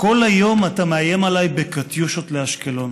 "כל היום אתה מאיים עליי בקטיושות לאשקלון.